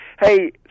Hey